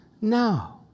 now